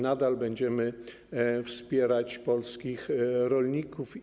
Nadal będziemy wspierać polskich rolników.